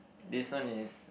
this one is